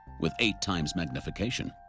with eight times magnification,